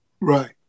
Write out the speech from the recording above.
Right